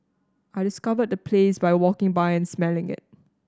I discovered the place by walking by and smelling it